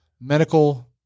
medical